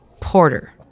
Porter